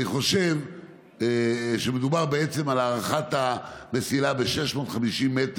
אז אני חושב שמדובר בעצם על הארכת המסילה ב-650 מ',